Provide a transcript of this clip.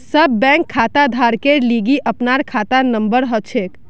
सब बैंक खाताधारकेर लिगी अपनार खाता नंबर हछेक